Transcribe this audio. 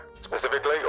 specifically